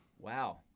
Wow